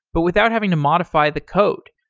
but without having to modify the code,